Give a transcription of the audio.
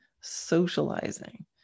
socializing